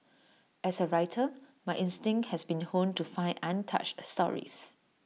as A writer my instinct has been honed to find untouched stories